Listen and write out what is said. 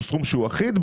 סכום שהוא אחיד,